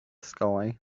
sky